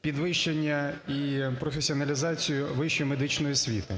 підвищення і професіоналізацію вищої медичної освіти.